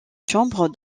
chambre